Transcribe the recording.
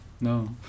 No